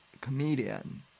comedian